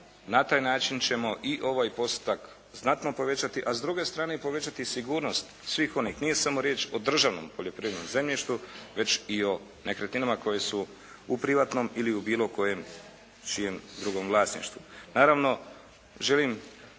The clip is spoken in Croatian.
na taj način ćemo i ovaj postotak znatno povećati a s druge strane povećati i sigurnost svih onih, nije samo riječ o državnom poljoprivrednom zemljištu već i o nekretninama koje su u privatnom ili u bilo čijem drugom vlasništvu.